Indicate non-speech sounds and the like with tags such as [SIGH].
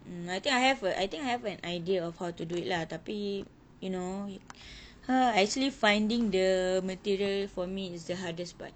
um I think I have a I think I have an idea of how to do it lah tapi you know [BREATH] ha I actually finding the material for me is the hardest part